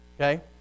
Okay